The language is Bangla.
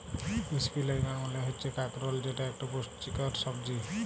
ইসপিলই গাড় মালে হচ্যে কাঁকরোল যেট একট পুচটিকর ছবজি